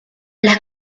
las